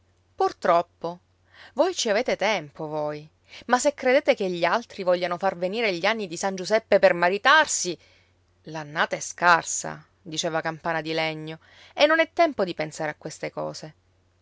troppo voi ci avete tempo voi ma se credete che gli altri vogliano far venire gli anni di san giuseppe per maritarsi l'annata è scarsa diceva campana di legno e non è tempo di pensare a queste cose